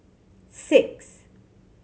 six